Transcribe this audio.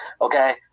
Okay